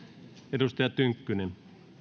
edustaja tynkkynen